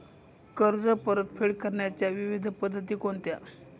कर्ज परतफेड करण्याच्या विविध पद्धती कोणत्या?